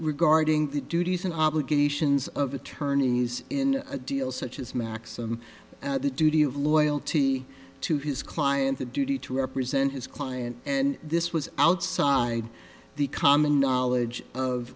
regarding the duties and obligations of attorneys in a deal such as maxim the duty of loyalty to his client the duty to represent his client and this was outside the common knowledge of